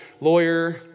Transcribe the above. lawyer